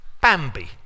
Bambi